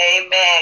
Amen